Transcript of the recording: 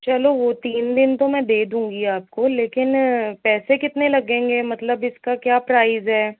चलो वो तीन दिन तो मैं दे दूंगी आपको लेकिन पैसे कितने लगेंगे मतलब इसका क्या प्राइज़ है